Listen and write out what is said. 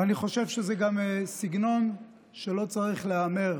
אני גם חושב שזה סגנון שלא צריך להיאמר,